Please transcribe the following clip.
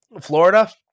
florida